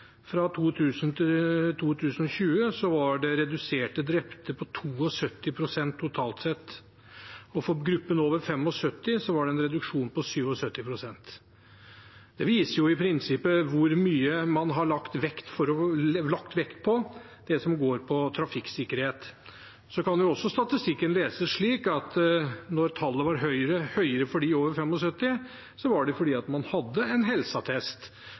Fra 2000 til 2020 var reduksjonen i antall drepte på 72 pst. totalt sett, og for gruppen over 75 år var det en reduksjon på 77 pst. Det viser i prinsippet hvor mye man har lagt vekt på trafikksikkerhet. Statistikken kan også leses slik at når tallet var høyere for dem over 75, var det fordi man hadde en helseattest